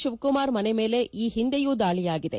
ಶಿವಕುಮಾರ್ ಮನೆ ಮೇಲೆ ಈ ಹಿಂದೆಯೂ ದಾಳಿಯಾಗಿದೆ